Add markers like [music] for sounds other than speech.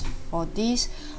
for this [breath]